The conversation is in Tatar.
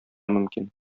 мөмкин